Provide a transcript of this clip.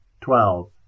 twelve